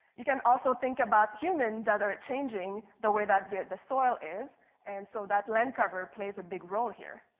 you can also think about humans that are changing the way that the the soil is and so that land cover plays a big role here.